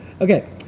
okay